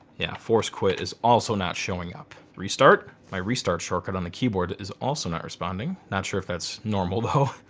yeah force quit is also not showing up. restart. my restart shortcut on the keyboard is also not responding. not sure if that's normal though.